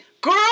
Girl